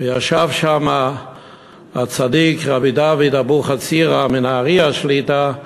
וישב שם הצדיק רבי דוד אבוחצירא מנהרייה שליט"א,